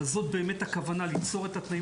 אבל זאת באמת הכוונה ליצור את התנאים